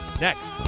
next